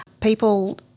People